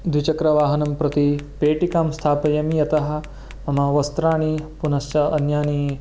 द्विचक्रवाहनं प्रति पेटिकां स्थापयामि यतः मम वस्त्राणि पुनश्च अन्यानि